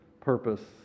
purpose